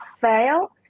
fail